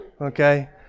Okay